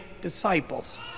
disciples